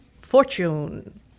Fortune